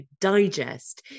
digest